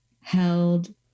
held